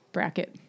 Bracket